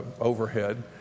overhead